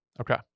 Okay